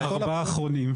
אני,